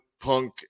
Punk